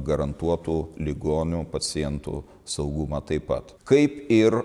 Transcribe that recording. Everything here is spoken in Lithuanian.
garantuotų ligonių pacientų saugumą taip pat kaip ir